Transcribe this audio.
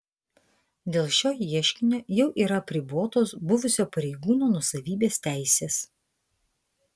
dėl šio ieškinio jau yra apribotos buvusio pareigūno nuosavybės teisės